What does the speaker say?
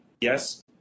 yes